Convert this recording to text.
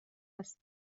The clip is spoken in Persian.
است